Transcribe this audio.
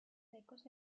secos